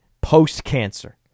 post-cancer